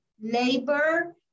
labor